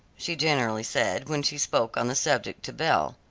she generally said, when she spoke on the subject to belle.